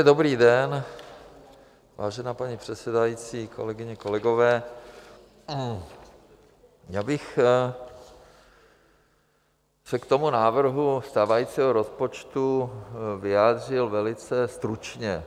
Dobrý den, vážená paní předsedající, kolegyně, kolegové, já bych se k návrhu stávajícího rozpočtu vyjádřil velice stručně.